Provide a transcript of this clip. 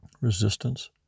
resistance